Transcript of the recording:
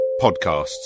podcasts